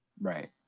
Right